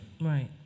Right